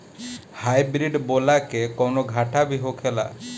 Hybrid बोला के कौनो घाटा भी होखेला?